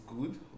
good